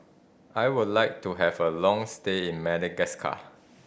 I would like to have a long stay in Madagascar